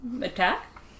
attack